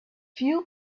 few